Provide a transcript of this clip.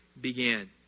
began